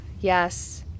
Yes